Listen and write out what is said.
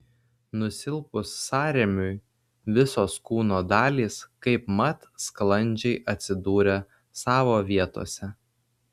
nusilpus sąrėmiui visos kūno dalys kaipmat sklandžiai atsidūrė savo vietose